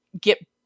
get